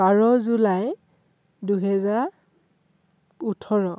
বাৰ জুলাই দুহেজাৰ ওঠৰ